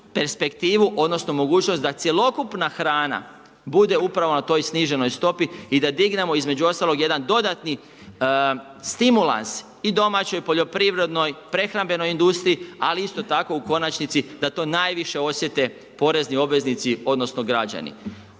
perspektivo odnosno mogućnost da cjelokupna hrana bude upravo na toj sniženoj stopi i da dignemo između ostalog jedan dodatni stimulans i domaćoj poljoprivrednoj, prehrambenoj industriji, ali isto tako u konačnici da to najviše osjete porezni obveznici odnosno građani.